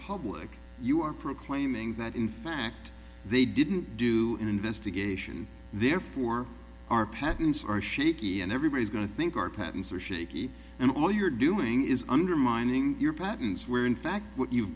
public you are proclaiming that in fact they didn't do an investigation therefore our patents are shaky and everybody's going to think our patents are shaky and all you're doing is undermining your patents where in fact what you've